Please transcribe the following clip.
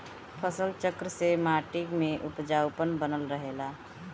फसल चक्र से माटी में उपजाऊपन बनल रहेला